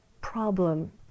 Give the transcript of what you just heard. problem